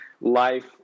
life